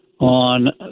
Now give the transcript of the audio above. on